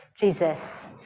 Jesus